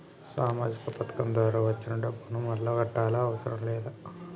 సామాజిక పథకం ద్వారా వచ్చిన డబ్బును మళ్ళా కట్టాలా అవసరం లేదా?